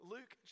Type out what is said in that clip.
Luke